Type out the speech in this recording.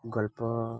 ଗଳ୍ପ